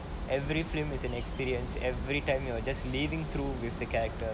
every film is an experience every time you will just living through with the character